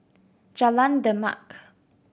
Jalan Demak